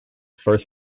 first